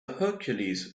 hercules